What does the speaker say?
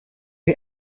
you